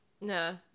No